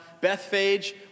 Bethphage